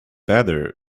better